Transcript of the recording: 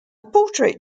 portrait